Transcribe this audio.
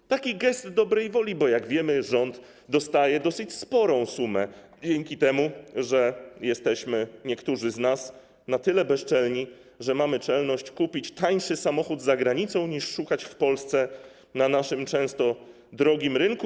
To taki gest dobrej woli, bo jak wiemy, rząd dostaje dosyć sporą sumę dzięki temu, że jesteśmy - niektórzy z nas - na tyle bezczelni, że mamy czelność kupować tańsze samochody za granicą niż szukać w Polsce na naszym często drogim rynku.